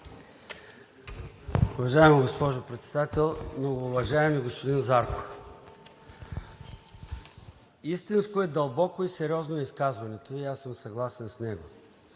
Уважаема госпожо Председател! Многоуважаеми господин Зарков, истинско, дълбоко и сериозно е изказването Ви и аз съм съгласен с него.